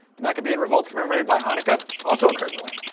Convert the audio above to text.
the maccabean revolts commemorated by hanukah, also occurred in the land.